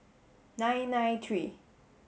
nine nine three